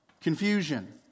Confusion